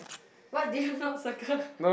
what did you not circle